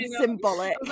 symbolic